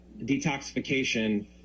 detoxification